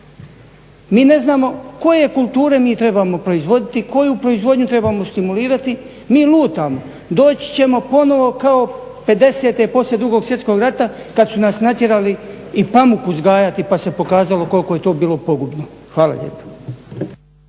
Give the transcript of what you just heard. Mi ne znamo koje kulture mi trebamo proizvoditi, koju proizvodnju trebamo stimulirati, mi lutamo. Doći ćemo ponovo kao '50. poslije Drugog svjetskog rata kad su nas natjerali i pamuk uzgajati pa se pokazalo koliko je to bilo pogubno. Hvala lijepa.